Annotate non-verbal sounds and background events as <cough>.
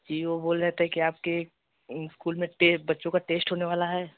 जी वो बोल रहे थे कि आपके स्कूल में <unintelligible> बच्चों का टेश्ट होने वाला है